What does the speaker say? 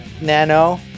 Nano